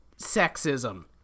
sexism